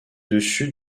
dessus